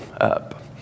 up